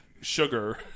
sugar